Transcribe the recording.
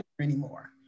anymore